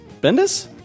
Bendis